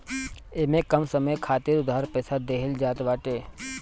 इमे कम समय खातिर उधार पईसा देहल जात बाटे